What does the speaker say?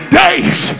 days